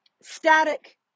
static